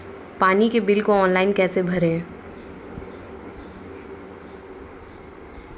पानी के बिल को ऑनलाइन कैसे भरें?